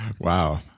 Wow